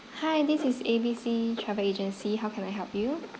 hi this is A B C travel agency how can I help you